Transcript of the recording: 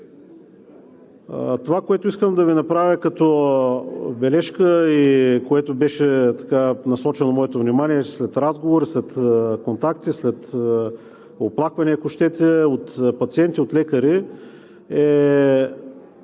Това, което искам да Ви направя като бележка и на което беше насочено моето внимание след разговори, след контакти, след оплаквания, ако щете, от пациенти, от лекари, са